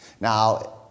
Now